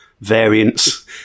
variants